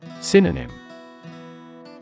Synonym